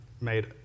made